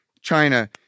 China